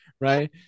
right